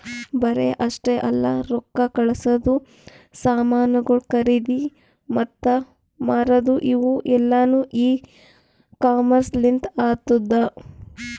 ಬರೇ ಅಷ್ಟೆ ಅಲ್ಲಾ ರೊಕ್ಕಾ ಕಳಸದು, ಸಾಮನುಗೊಳ್ ಖರದಿ ಮತ್ತ ಮಾರದು ಇವು ಎಲ್ಲಾನು ಇ ಕಾಮರ್ಸ್ ಲಿಂತ್ ಆತ್ತುದ